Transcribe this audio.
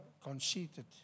conceited